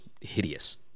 hideous